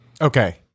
Okay